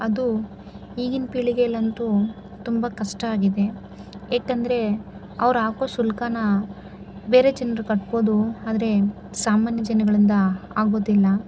ಅದು ಈಗಿನ ಪೀಳಿಗೆಯಲ್ಲಂತು ತುಂಬ ಕಷ್ಟ ಆಗಿದೆ ಏಕೆಂದ್ರೆ ಅವ್ರು ಹಾಕೊ ಶುಲ್ಕನ ಬೇರೆ ಜನರು ಕಟ್ಬೋದು ಆದರೆ ಸಾಮಾನ್ಯ ಜನಗಳಿಂದ ಆಗೋದಿಲ್ಲ